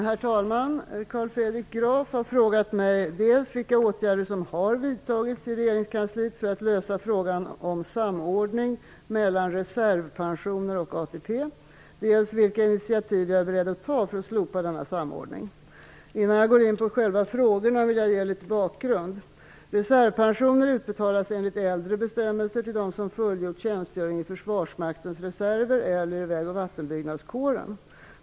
Herr talman! Carl Fredrik Graf har frågat mig dels vilka åtgärder som har vidtagits i regeringskansliet för att lösa frågan om samordning mellan reservpensioner och ATP, dels vilka initiativ jag är beredd att ta för att slopa denna samordning. Innan jag går in på själva frågorna vill jag ge en liten bakgrund. Reservpensioner utbetalas enligt äldre bestämmelser till dem som fullgjort tjänstgöring i försvarsmaktens reserver eller i Väg och vattenbyggnadskåren.